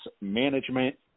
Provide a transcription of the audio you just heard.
management